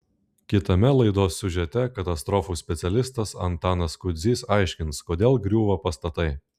kitame laidos siužete katastrofų specialistas antanas kudzys aiškins kodėl griūva pastatai